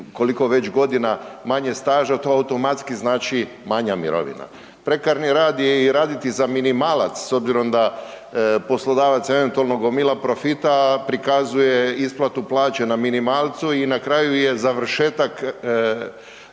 koliko već godina manje staža, to automatski znači manja mirovina. Prekarni rad je i raditi za minimalac s obzirom da poslodavac eventualno gomila profita, a prikazuje isplatu plaće na minimalcu i na kraju je završetak